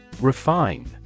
Refine